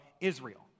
Israel